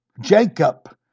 Jacob